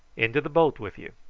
into the boat with you.